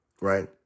right